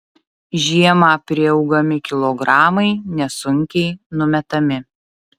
žiemą priaugami kilogramai nesunkiai numetami